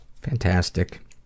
Fantastic